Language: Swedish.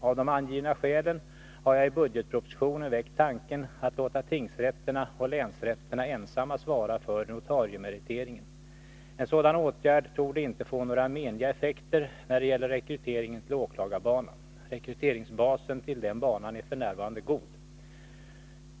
Av de angivna skälen har jag i budgetpropositionen väckt tanken att låta tingsrätterna och länsrätterna ensamma svara för notariemeriteringen. En sådan åtgärd torde inte få några menliga effekter när det gäller rekryteringen till åklagarbanan. Rekryteringsbasen till den banan är f.n. god.